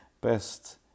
best